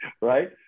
right